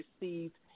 received